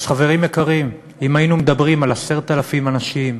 חברים יקרים, אם היינו מדברים על 10,000 אנשים,